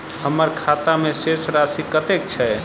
हम्मर खाता मे शेष राशि कतेक छैय?